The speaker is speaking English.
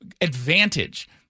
advantage